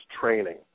training